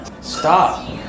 Stop